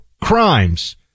crimes